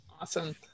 Awesome